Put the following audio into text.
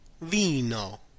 Vino